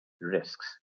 risks